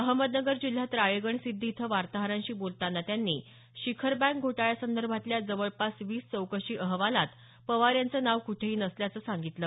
अहमदनगर जिल्ह्यात राळेगण सिद्धी इथं वार्ताहरांशी बोलतांना त्यांनी शिखर बँक घोटाळ्या संदर्भातल्या जवळपास वीस चौकशी अहवालात पवार यांचं नाव कुठेही नसल्याचं सांगितलं